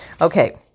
Okay